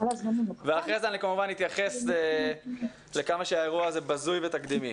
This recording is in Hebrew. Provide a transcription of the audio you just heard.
ואחרי זה אני כמובן אתייחס לכמה שהאירוע הזה בזוי ותקדימי.